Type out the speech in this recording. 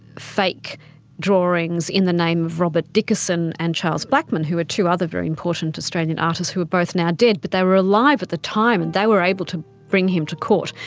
fake drawings in the name of robert dickerson and charles blackman who are two other very important australian artists who are both now dead but they were alive at the time and they were able to bring him to court.